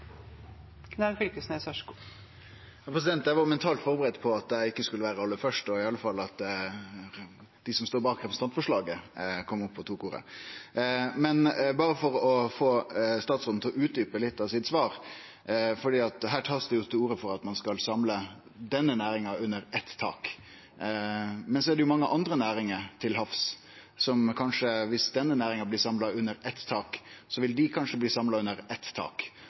Eg var mentalt førebudd på at eg ikkje skulle vere aller først – og i alle fall at dei som står bak representantforslaget, tok ordet. Berre for å få statsråden til å utdjupe litt av svaret sitt: Her blir det tatt til orde for at ein skal samle denne næringa under eitt tak. Men så er det mange andre næringar til havs som, viss denne næringa blir samla under eitt tak, kanskje òg vil bli samla under eitt tak.